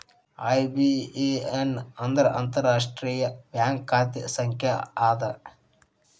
IBAN ಅಂದ್ರ ಅಂತಾರಾಷ್ಟ್ರೇಯ bank ಖಾತೆ ಸಂಖ್ಯಾ ಅದ